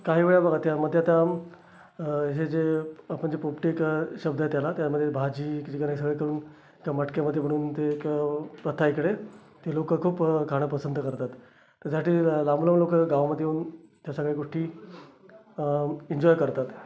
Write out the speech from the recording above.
काही वेळा बघा त्यामध्ये आताम हे जे आपण जे पोपटीक शब्द आहे त्याला त्यामध्ये भाजी हे सगळं करून त्या मटकीमध्ये बुडून ते एक प्रथा आहे इकडे ती लोकं खूप खाणं पसंत करतात तर त्यासाठी लांबूनलांबून लोकं गावामध्ये येऊन या सगळ्या गोष्टी इन्जॉय करतात